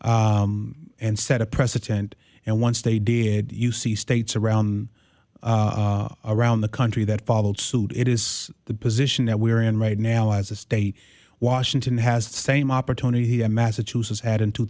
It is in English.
and set a precedent and once they did you see states around a around the country that followed suit it is the position that we are in right now as a state washington has the same opportunity as massachusetts had in two